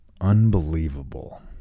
Unbelievable